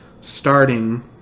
starting